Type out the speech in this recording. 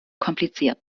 kompliziert